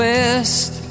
West